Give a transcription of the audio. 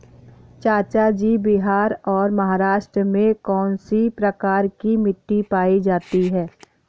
चाचा जी बिहार और महाराष्ट्र में कौन सी प्रकार की मिट्टी पाई जाती है?